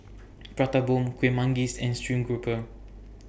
Prata Bomb Kuih Manggis and Stream Grouper